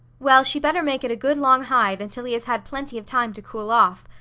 well, she better make it a good long hide, until he has had plenty of time to cool off.